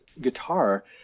guitar